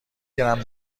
گرم